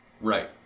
Right